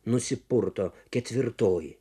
nusipurto ketvirtoji